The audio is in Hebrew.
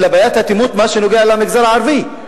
אלא בעיית האטימות במה שנוגע למגזר הערבי,